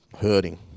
hurting